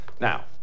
now